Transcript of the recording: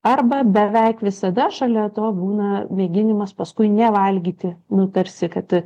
arba beveik visada šalia to būna mėginimas paskui nevalgyti nu tarsi kad